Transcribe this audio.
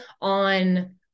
on